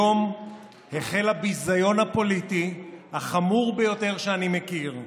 היום החל הביזיון הפוליטי החמור ביותר שאני מכיר.